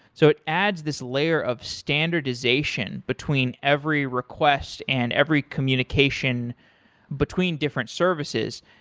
so it adds this layer of standardization between every request and every communication between different services.